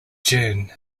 june